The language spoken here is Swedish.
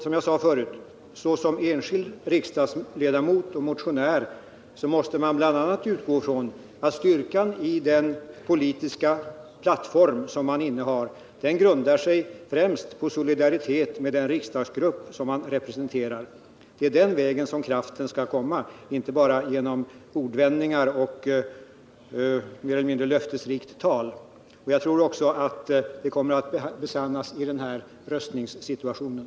Som jag sade förut: Såsom enskild riksdagsledamot och motionär måste man bl.a. utgå ifrån att styrkan i den politiska plattform som man har främst grundar sig på solidaritet med den riksdagsgrupp som man representerar. Det är den vägen kraften skall komma, inte bara genom ordvändningar och mer eller mindre löftesrikt tal. Jag tror också att detta kommer att besannas i den här röstningssituationen.